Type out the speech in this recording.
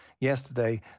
yesterday